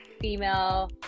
female